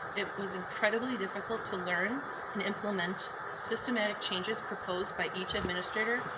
it was incredibly difficult to learn and implement systematic changes proposed by each administrator,